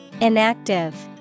Inactive